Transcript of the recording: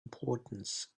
importance